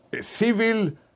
civil